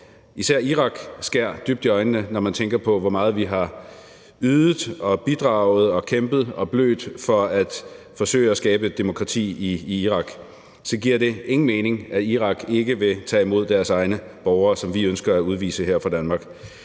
Især Irak springer i øjnene, når man tænker på, hvor meget vi har ydet og bidraget og kæmpet og blødt for at forsøge at skabe demokrati i Irak. Så giver det ingen mening, at Irak ikke vil tage imod deres egne borgere, som vi ønsker at udvise her fra Danmark.